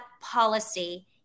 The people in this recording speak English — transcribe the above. policy